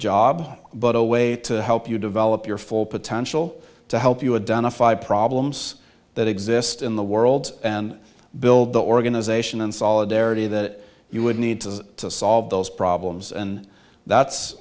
job but a way to help you develop your full potential to help you identify problems that exist in the world and build the organisation and solidarity that you would need to solve those problems and that's